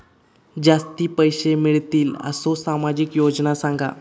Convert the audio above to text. जास्ती पैशे मिळतील असो सामाजिक योजना सांगा?